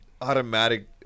automatic